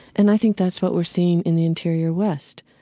and i think that's what we're seeing in the interior west.